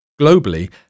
Globally